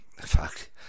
Fuck